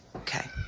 okay.